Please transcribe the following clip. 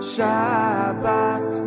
Shabbat